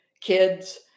kids